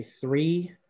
three